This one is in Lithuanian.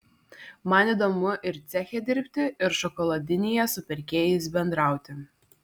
man įdomu ir ceche dirbti ir šokoladinėje su pirkėjais bendrauti